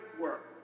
work